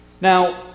Now